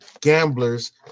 gamblers